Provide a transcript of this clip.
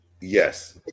Yes